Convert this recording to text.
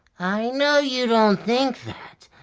i know you don't think.